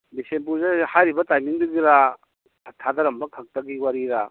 ꯕꯤꯁꯦꯝꯄꯨꯔꯗ ꯍꯥꯏꯔꯤꯕ ꯇꯥꯏꯃꯤꯡꯗꯨꯗꯔ ꯊꯥꯗꯔꯝꯕꯈꯛꯇꯒꯤ ꯋꯥꯔꯤꯔ